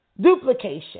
Duplication